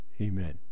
Amen